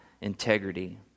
integrity